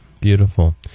Beautiful